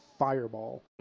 fireball